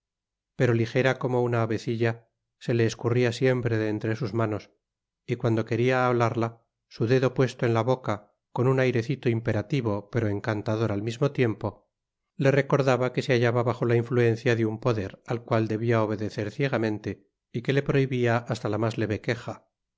pero lijera como una avecilla se le escurría siempre de entre sus manos y cuando quería hablarla su dedo puesto en la boca con un airecito imperativo pero encantador al mismo tiempo le recordaba que se hallaba bajo la influencia de un poder al cual debia obedecer ciegamente y que le prohibia hasta la mas leve queja en